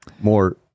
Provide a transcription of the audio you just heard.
more